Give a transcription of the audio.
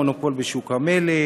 מונופול בשוק המלט,